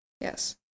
Yes